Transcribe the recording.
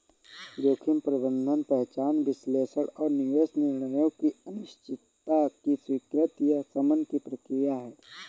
जोखिम प्रबंधन पहचान विश्लेषण और निवेश निर्णयों में अनिश्चितता की स्वीकृति या शमन की प्रक्रिया है